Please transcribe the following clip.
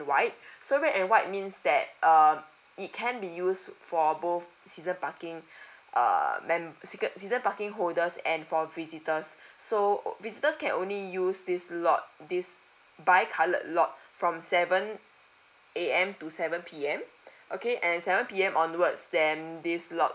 white so red and white means that um it can be used for both season parking err mem~ season season parking holders and for visitors so visitors can only use this lot this bi coloured lot from seven A_M to seven P_M okay and seven P_M onwards then this lot